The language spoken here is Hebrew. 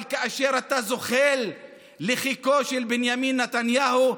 אבל כאשר אתה זוחל לחיקו של בנימין נתניהו,